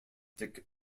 dick